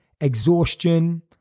exhaustion